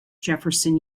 jefferson